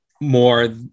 more